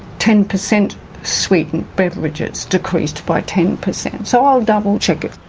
ten percent sweetened beverages decreased by ten percent. so i'll double-check it.